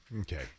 Okay